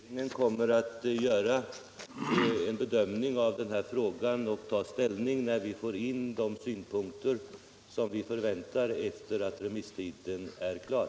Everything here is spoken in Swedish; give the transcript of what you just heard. Herr talman! Jag upprepar mitt svar att regeringen kommer att göra en bedömning av den här frågan och ta ställning efter det att remisstiden är slut, när vi fått in de synpunkter som vi förväntar.